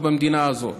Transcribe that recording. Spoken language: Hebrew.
במדינה הזאת,